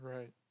Right